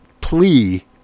plea